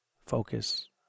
focus